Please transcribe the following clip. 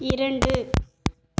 இரண்டு